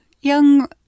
young